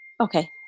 Okay